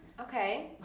Okay